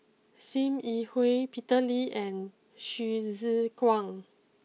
Sim Yi Hui Peter Lee and Hsu Tse Kwang